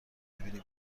ببینی